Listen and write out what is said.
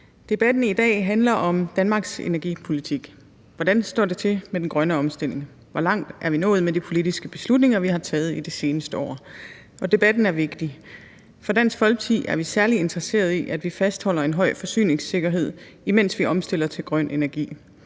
Debatten i dag handler om Danmarks energipolitik. Hvordan står det til med den grønne omstilling? Hvor langt er vi nået med de politiske beslutninger, vi har taget i det seneste år? Og debatten er vigtig. I Dansk Folkeparti er vi særlig interesseret i, at vi fastholder en høj forsyningssikkerhed, imens vi omstiller til grøn energi.